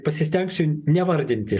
pasistengsiu nevardinti